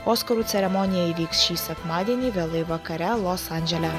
oskarų ceremonija įvyks šį sekmadienį vėlai vakare los andžele